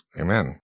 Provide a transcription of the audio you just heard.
amen